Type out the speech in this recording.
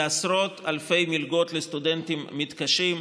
זה עשרות אלפי מלגות לסטודנטים מתקשים,